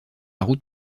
route